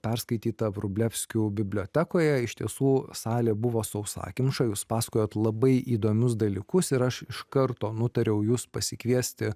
perskaityta vrublevskių bibliotekoje iš tiesų salė buvo sausakimša jūs pasakojot labai įdomius dalykus ir aš iš karto nutariau jus pasikviesti